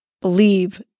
believe